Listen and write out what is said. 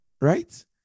right